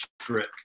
strip